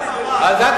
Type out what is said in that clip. למה?